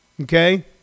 okay